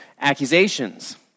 accusations